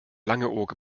langeoog